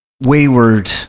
wayward